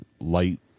light